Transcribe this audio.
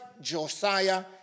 Josiah